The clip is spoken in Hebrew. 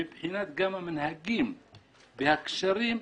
מבחינת המנהגים והקשרים.